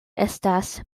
estas